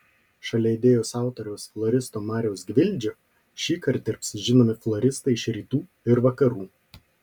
šalia idėjos autoriaus floristo mariaus gvildžio šįkart dirbs žinomi floristai iš rytų ir vakarų